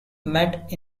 met